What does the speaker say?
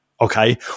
okay